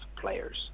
players